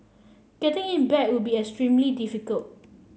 getting it back would be extremely difficult